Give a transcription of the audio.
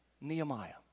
Nehemiah